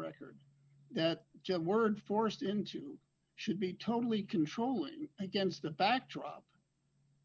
record that jim word forced into should be totally controlling against the backdrop